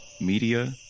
Media